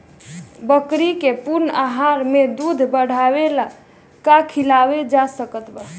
बकरी के पूर्ण आहार में दूध बढ़ावेला का खिआवल जा सकत बा?